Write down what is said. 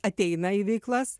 ateina į veiklas